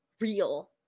real